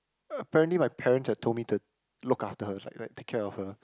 apparently my parents have told me to look after her is like like take care of her